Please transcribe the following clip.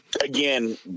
Again